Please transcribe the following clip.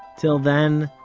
till then,